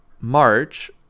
march